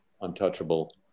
untouchable